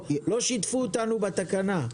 לא שיתפו אותנו בתקנה,